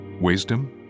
wisdom